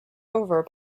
over